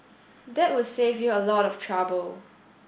that would save you a lot of trouble